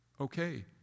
okay